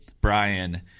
Brian